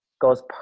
goes